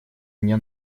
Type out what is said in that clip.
мне